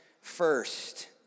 first